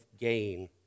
gain